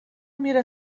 میره